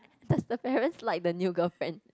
does the parents like the new girlfriend